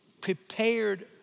prepared